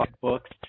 books